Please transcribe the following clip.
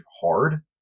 hard